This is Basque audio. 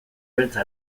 beltza